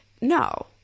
no